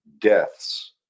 deaths